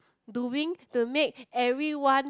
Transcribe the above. doing to make everyone